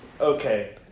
Okay